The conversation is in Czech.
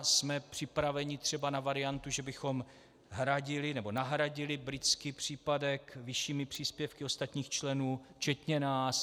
Jsme připraveni třeba na variantu, že bychom nahradili britský výpadek vyššími příspěvky ostatních členů včetně nás?